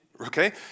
Okay